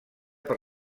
per